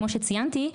כמו שציינתי,